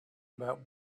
about